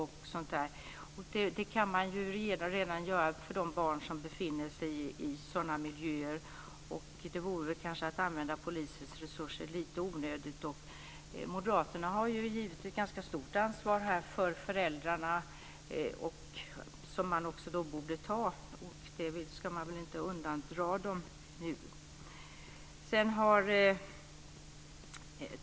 Det går redan att göra för de barn som befinner sig i sådana miljöer. Det vore kanske att använda polisens resurser på ett onödigt sätt. Moderaterna har givit föräldrarna ett stort ansvar som de borde ta. Det ska inte undandras dem nu.